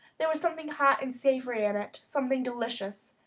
there was something hot and savory in it something delicious.